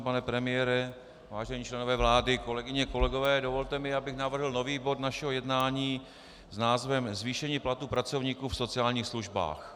Pane premiére, vážení členové vlády, kolegyně, kolegové, dovolte mi, abych navrhl nový bod našeho jednání s názvem Zvýšení platů pracovníků v sociálních službách.